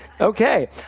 Okay